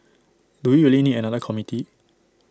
do we really need another committee